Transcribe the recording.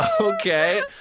Okay